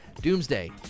Doomsday